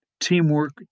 teamwork